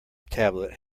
tablet